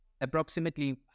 approximately